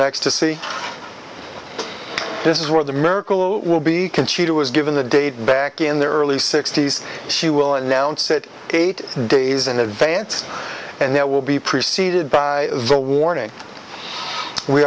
next to see this is where the miracle will be conchita was given the date back in the early sixty's she will announce it eight days in advance and there will be preceded by a warning we